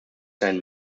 sein